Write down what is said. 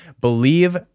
Believe